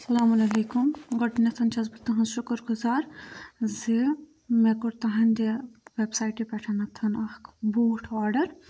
اَسَلامُن علیکُم گۄڈٕنیٚتھ چھَس بہٕ تُہٕنٛز شُکُر گُزار زِ مےٚ کوٚر تَہَنٛدِ وٮ۪بسایٹہِ پٮ۪ٹھ اَکھ بوٗٹھ آرڈَر